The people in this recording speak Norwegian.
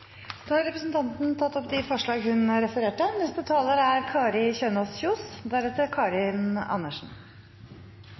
Da har representanten Ingvild Kjerkol tatt opp de forslagene hun refererte